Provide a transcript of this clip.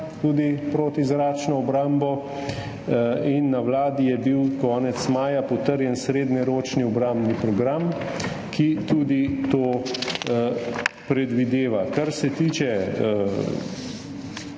tudi protizračno obrambo. Na Vladi je bil konec maja potrjen srednjeročni obrambni program, ki tudi to predvideva. Kar se tiče